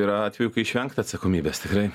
yra atvejų kai išvengti atsakomybės tikrai